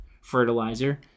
Fertilizer